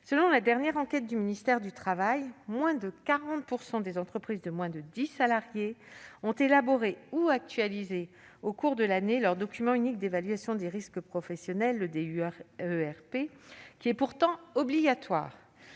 Selon la dernière enquête du ministère du travail, moins de 40 % des entreprises employant moins de dix salariés ont élaboré ou actualisé au cours de l'année leur document unique d'évaluation des risques professionnels, le DUERP, qui est pourtant obligatoire.